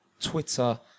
Twitter